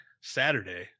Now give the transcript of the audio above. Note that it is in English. saturday